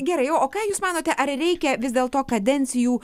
gerai o ką jūs manote ar reikia vis dėlto kadencijų